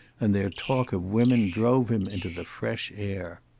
and their talk of women drove him into the fresh air.